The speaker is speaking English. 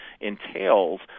entails